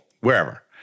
wherever